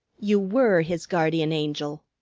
you were his guardian angel,